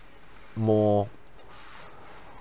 more